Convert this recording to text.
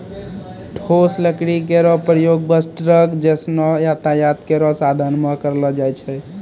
ठोस लकड़ी केरो प्रयोग बस, ट्रक जैसनो यातायात केरो साधन म करलो जाय छै